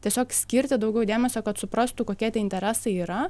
tiesiog skirti daugiau dėmesio kad suprastų kokie tie interesai yra